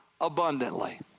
abundantly